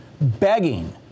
begging